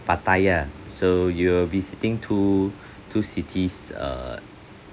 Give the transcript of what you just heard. pattaya so you'll visiting two two cities uh